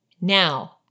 Now